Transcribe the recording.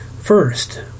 First